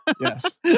yes